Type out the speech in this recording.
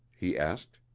he asked.